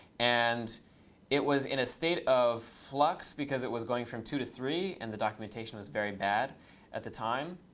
and it was in a state of flux because it was going from two to three, and the documentation was very bad at the time.